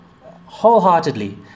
wholeheartedly